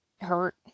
hurt